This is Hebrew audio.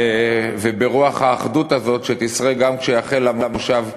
וברוח האחדות הזאת, שתשרה גם כשיחל המושב הבא,